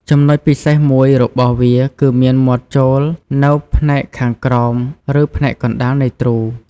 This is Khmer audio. ចំណុចពិសេសមួយរបស់វាគឺមានមាត់ចូលនៅផ្នែកខាងក្រោមឬផ្នែកកណ្តាលនៃទ្រូ។